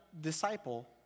Disciple